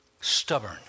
stubborn